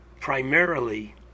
primarily